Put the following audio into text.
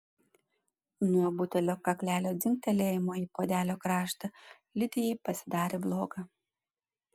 nuo butelio kaklelio dzingtelėjimo į puodelio kraštą lidijai pasidarė bloga